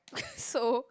so